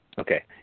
Okay